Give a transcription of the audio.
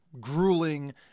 grueling